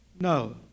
No